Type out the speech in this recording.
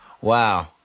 Wow